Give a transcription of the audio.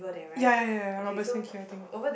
ya ya ya ya Robertson-Quay I think